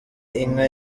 inka